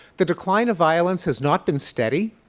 the decline of violence has not been steady.